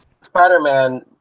Spider-Man